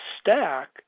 stack